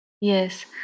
Yes